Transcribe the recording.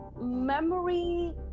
memory